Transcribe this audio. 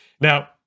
Now